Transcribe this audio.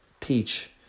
Teach